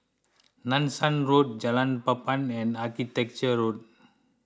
Nanson Road Jalan Papan and Architecture Drive